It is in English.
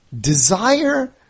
desire